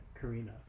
Karina